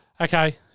Okay